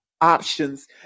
options